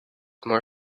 more